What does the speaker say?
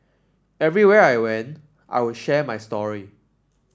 everywhere I went I would share my story